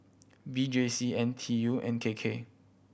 V J C N T U and K K